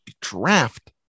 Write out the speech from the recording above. draft